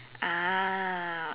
ah